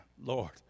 Lord